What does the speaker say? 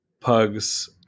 pugs